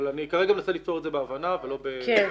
אבל אני כרגע מנסה לפתור את זה בהבנה ולא בהתעקשות.